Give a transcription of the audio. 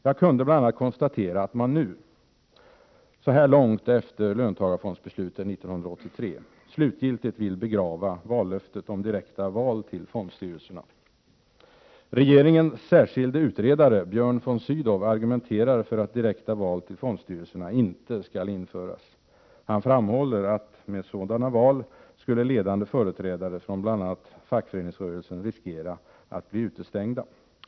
Jag kunde bl.a. konstatera att man nu — så här långt efter löntagarfondsbeslutet 1983 — slutgiltigt vill begrava vallöftet om direkta val till fondstyrelserna. Regeringens särskilde utredare Björn von Sydow argumenterar för att direkta val till fondstyrelserna inte skall införas. Han framhåller att med sådana val skulle ledande företrädare från bl.a. fackföreningsrörelsen riskera att bli utestängda.